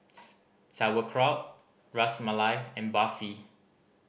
Sauerkraut Ras Malai and Barfi